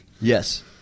Yes